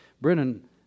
Brennan